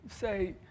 say